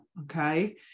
okay